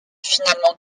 finalement